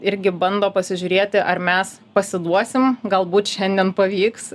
irgi bando pasižiūrėti ar mes pasiduosim galbūt šiandien pavyks